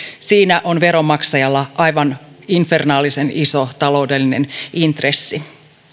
siinä on veronmaksajalla aivan infernaalisen iso taloudellinen intressi